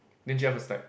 then Jeff was like